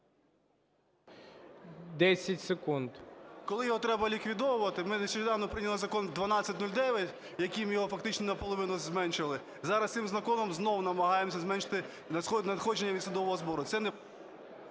Р.П. … коли його треба ліквідовувати, ми нещодавно прийняли Закон 1209, яким його фактично наполовину зменшили, зараз цим законом знов намагаємося зменшити надходження від судового збору. Це не…